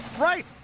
Right